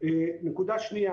נקודה שנייה